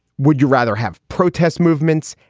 would you rather have protest movements?